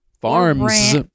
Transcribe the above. Farms